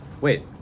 Wait